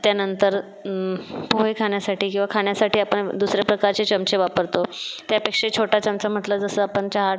त्यानंतर पोहे खाण्यासाठी किंवा खाण्यासाठी आपण दुसरे प्रकारचे चमचे वापरतो त्यापेक्षा छोटा चमचा म्हटलं जसं आपण चहा